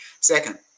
second